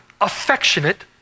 affectionate